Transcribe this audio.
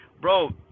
bro